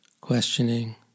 questioning